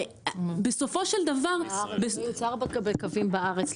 בסופו של דבר- -- זה מיוצר בקווים בארץ,